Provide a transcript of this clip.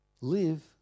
Live